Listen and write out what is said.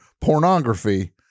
pornography